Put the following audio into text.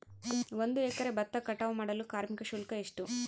ಒಂದು ಎಕರೆ ಭತ್ತ ಕಟಾವ್ ಮಾಡಲು ಕಾರ್ಮಿಕ ಶುಲ್ಕ ಎಷ್ಟು?